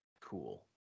Cool